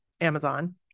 Amazon